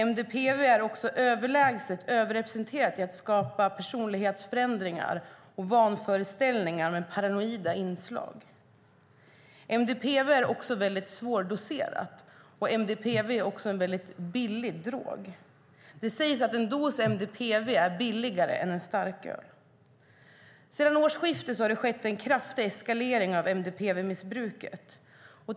MDPV är också överlägset överrepresenterat när det gäller att skapa personlighetsförändringar och vanföreställningar med paranoida inslag. MDPV är väldigt svårdoserat, och det är även en billig drog; det sägs att en dos MDPV är billigare än en starköl. Sedan årsskiftet har det skett en kraftig eskalering av MDPV-missbruket.